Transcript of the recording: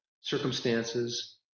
circumstances